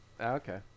Okay